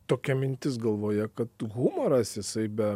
tokia mintis galvoje kad humoras jisai be